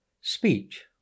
Speech